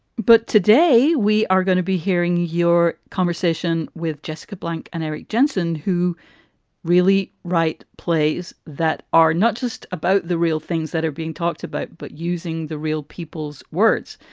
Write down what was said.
but today we are going to be hearing your conversation with jessica blank and eric jensen, who really write plays that are not just about the real things that are being talked about, but using the real people's words,